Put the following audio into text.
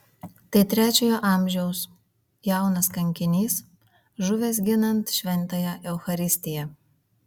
tai trečiojo amžiaus jaunas kankinys žuvęs ginant šventąją eucharistiją